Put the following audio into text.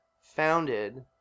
founded